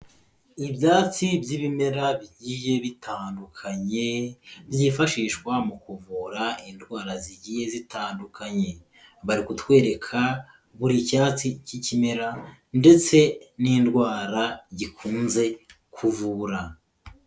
Ibyatsi by'ibimera bigiye bitandukanye byifashishwa mu kuvura indwara zigiye zitandukanye, bari kutwereka buri cyatsi cy'ikimera ndetse n'indwara gikunze kuvura.